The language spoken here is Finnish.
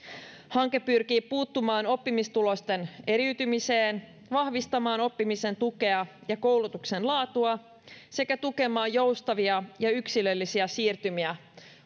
hanke pyrkii puuttumaan oppimistulosten eriytymiseen vahvistamaan oppimisen tukea ja koulutuksen laatua sekä tukemaan joustavia ja yksilöllisiä siirtymiä